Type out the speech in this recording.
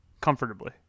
Comfortably